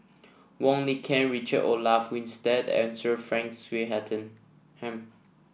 Wong Lin Ken Richard Olaf Winstedt and Sir Frank Swettenham